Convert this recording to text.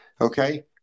Okay